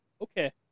Okay